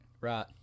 Right